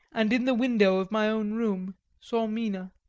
and in the window of my own room saw mina.